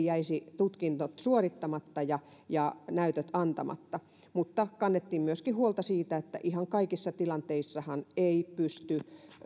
jäisi tutkinto suorittamatta ja ja näytöt antamatta mutta kannettiin myöskin huolta siitä että ihan kaikissa tilanteissahan ei pysty